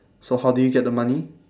so how did you get the money